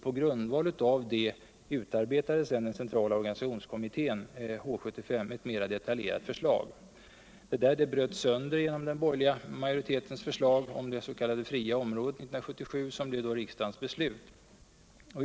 På grundval av det utarbetade den centrala organisationskommittén. H 75, ett mera detaljerat förslag. Dewuta bröts sönder genom den borgerliga majoritetens förslag år 1977 om det s.k. fria området. som blev riksdagens beslut.